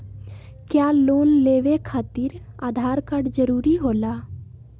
क्या लोन लेवे खातिर आधार कार्ड जरूरी होला?